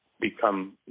become